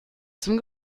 zum